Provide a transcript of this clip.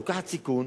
לוקחת סיכון,